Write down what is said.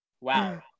Wow